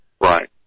Right